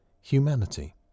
humanity